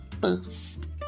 boost